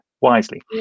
wisely